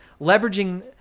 leveraging